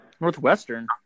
Northwestern